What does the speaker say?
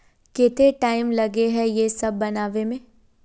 केते टाइम लगे है ये सब बनावे में?